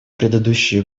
предыдущие